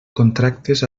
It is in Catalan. contractes